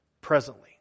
presently